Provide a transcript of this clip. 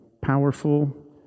powerful